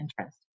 interest